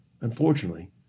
Unfortunately